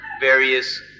various